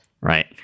right